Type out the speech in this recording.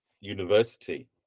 university